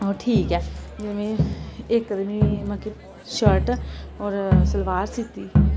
आहो ठीक ऐ जिल्लै में इक ते में मतलव कि शर्ट और सलवार सीह्ती